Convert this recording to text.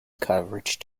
coverage